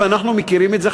ואנחנו מכירים את זה,